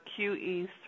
QE3